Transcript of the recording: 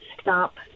stop